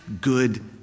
good